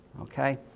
okay